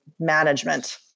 Management